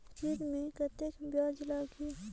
ऋण मे कतेक ब्याज लगही?